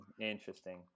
Interesting